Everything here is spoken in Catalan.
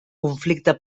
conflicte